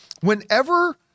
whenever